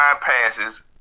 passes